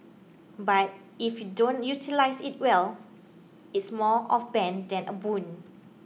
but if you don't utilise it well it's more of bane than a boon